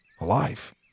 alive